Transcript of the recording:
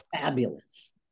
Fabulous